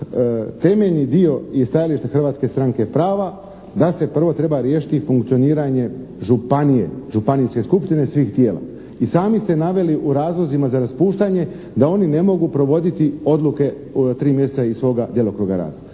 Temeljni dio i stajalište Hrvatske stranke prava da se pravo treba riješiti funkcioniranje županije, županijske skupštine svih tijela. I sami ste naveli u razlozima za raspuštanje da oni ne mogu provoditi odluke u 3 mjeseca iz svoga djelokruga rada.